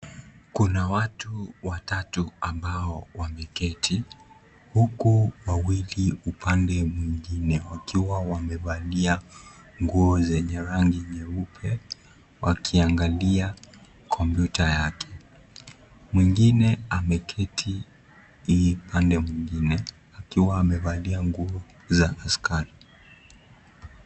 Kuna watu watatu ambao wameketi. Huku wawili upande mwingine, wakiwa wamevalia nguo zenye rangi nyeupe, wakiangalia kompyuta yake. Mwingine ameketi hii upande mwingine, akiwa amevalia nguo za askari.